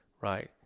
right